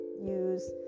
use